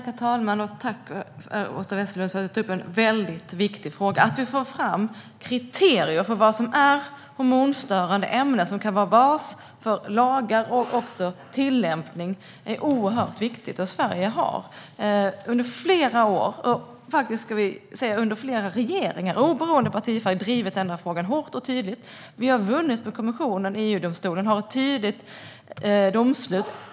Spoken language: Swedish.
Herr talman! Tack, Åsa Westlund, för att du tar upp en väldigt viktig fråga! Att vi får fram kriterier för vad som är hormonstörande ämnen, och som kan utgöra bas för lagar och tillämpning, är oerhört viktigt. Sverige har under flera år och under flera regeringar, oberoende av partifärg, drivit denna fråga hårt och tydligt. Vi har vunnit mot kommissionen i EU-domstolen och har ett tydligt domslut.